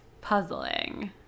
puzzling